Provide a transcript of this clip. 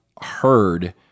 heard